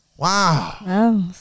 Wow